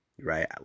right